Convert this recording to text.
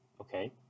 Okay